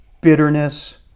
bitterness